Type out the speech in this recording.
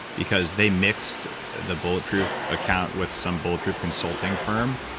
because they mixed the bulletproof account with some bulletproof consulting firm.